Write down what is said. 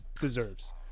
deserves